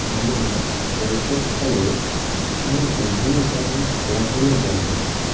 আমার শৈশবকালে আমি বিভিন্ন ধরনের খেলা খেলে বড় হয়েছি